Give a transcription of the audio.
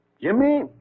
Jimmy